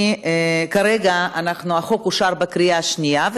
כרגע החוק אושר בקריאה שנייה.